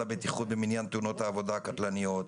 הבטיחות במניין תאונות העבודה הקטלניות,